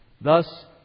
Thus